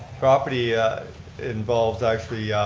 property involves actually